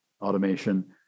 automation